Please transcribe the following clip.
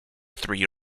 three